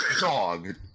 Dog